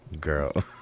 Girl